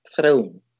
throne